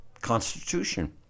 constitution